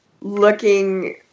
looking